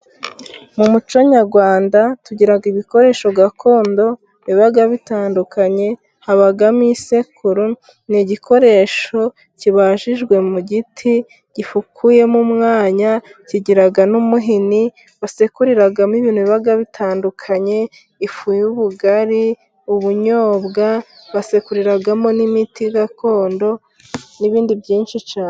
Mu muco nyarwanda tugira ibikoresho gakondo biba bitandukanye. Habamo isekuru， ni igikoresho kibajijwe mu giti，gifukuyemo umwanya， kigira n'umuhini， basekuriramo ibintu bigiye bitandukanye， ifu y'ubugari， ubunyobwa， basekuriramo n'imiti gakondo， n'ibindi byinshi cyane.